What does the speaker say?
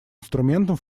инструментом